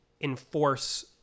enforce